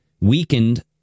weakened